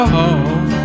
home